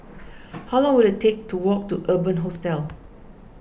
how long will it take to walk to Urban Hostel